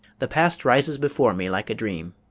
the past rises before me like a dream.